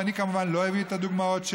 ואני כמובן לא אביא את הדוגמאות שלו,